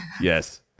yes